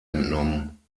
entnommen